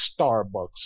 Starbucks